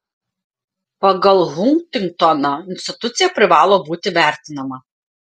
pagal huntingtoną institucija privalo būti vertinama